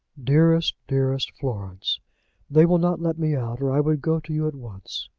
dearest, dearest florence they will not let me out, or i would go to you at once.